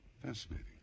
fascinating